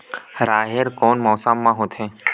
राहेर कोन मौसम मा होथे?